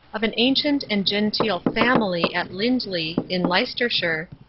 of an ancient and genteel family at lindley, in leicestershire,